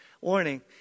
warning